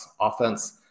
offense